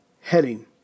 heading